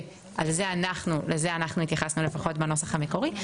שלזה אנחנו התייחסנו בנוסח המקורי.